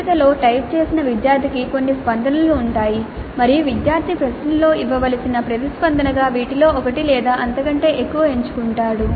ఎంపికలో టైప్ చేసిన విద్యార్థికి కొన్ని స్పందనలు ఉంటాయి మరియు విద్యార్థి ప్రశ్నలలో ఇవ్వవలసిన ప్రతిస్పందనగా వీటిలో ఒకటి లేదా అంతకంటే ఎక్కువ ఎంచుకుంటాడు